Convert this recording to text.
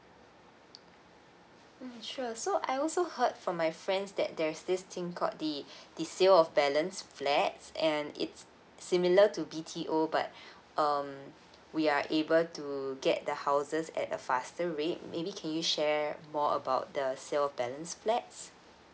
mm sure so I also heard from my friends that there's this thing called the the sale of balance flats and it's similar to B_T_O but um we are able to get the houses at a faster rate maybe can you share more about the sale balance flats